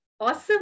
awesome